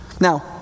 Now